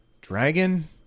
Dragon